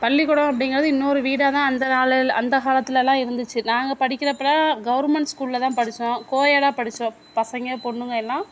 பள்ளிக்கூடம் அப்படிங்குறது இன்னொரு வீடாகதான் அந்த கால அந்த காலத்துலல்லாம் இருந்துச்சு நாங்கள் படிக்கிறப்பலாம் கவர்மெண்ட் ஸ்கூல்லதான் படித்தோம் கோயெடாக படித்தோம் பசங்க பொண்ணுங்க எல்லாம்